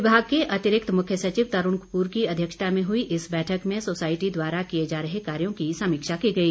विभाग के अतिरिक्त मुख्य सचिव तरूण कपूर की अध्यक्षता में हुई इस बैठक में सोसायटी द्वारा किए जा रहे कार्यों की समीक्षा की गई